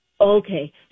Okay